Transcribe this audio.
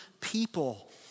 people